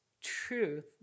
truth